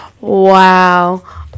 Wow